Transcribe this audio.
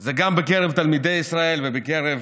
זה גם בקרב תלמידי ישראל ובקרב